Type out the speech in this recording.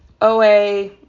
OA